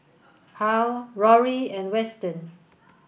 Harl Rory and Weston